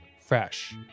fresh